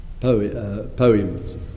poems